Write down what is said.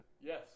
Yes